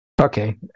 Okay